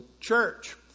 church